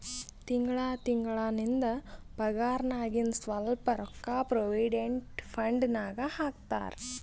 ತಿಂಗಳಾ ತಿಂಗಳಾ ನಿಂದ್ ಪಗಾರ್ನಾಗಿಂದ್ ಸ್ವಲ್ಪ ರೊಕ್ಕಾ ಪ್ರೊವಿಡೆಂಟ್ ಫಂಡ್ ನಾಗ್ ಹಾಕ್ತಾರ್